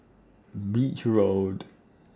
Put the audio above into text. Beach Road